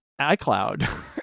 iCloud